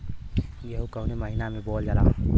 गेहूँ कवने महीना में बोवल जाला?